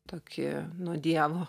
tokį nuo dievo